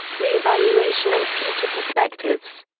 re-evaluation and future perspectives.